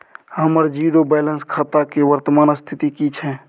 हमर zero balance खाता के वर्तमान स्थिति की छै?